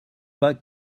pas